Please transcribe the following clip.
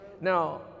Now